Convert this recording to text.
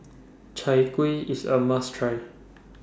Chai Kuih IS A must Try